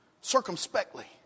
Circumspectly